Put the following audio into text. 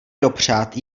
dopřát